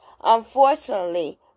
Unfortunately